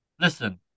Listen